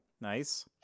Nice